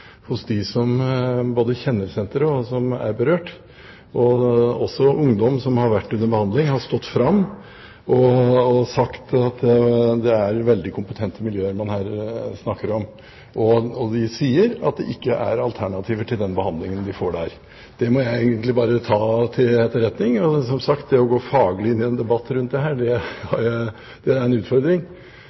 hos dem som er berørt. Også ungdom som har vært under behandling, har stått fram og sagt at det er veldig kompetente miljøer man her snakker om. De sier at det ikke er alternativer til den behandlingen de får der. Det må jeg egentlig bare ta til etterretning. Som sagt: Det å gå faglig inn i en debatt rundt dette er en utfordring. Men jeg føler meg ganske beroliget av at statsråden har såpass fokus på det,